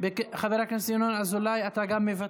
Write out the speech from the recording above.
חבר הכנסת ינון אזולאי, גם אתה מוותר?